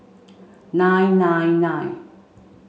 nine nine nine